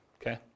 okay